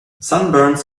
sunburns